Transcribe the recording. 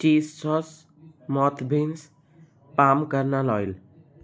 cheese sauce math bins palm kernel oil